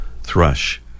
thrush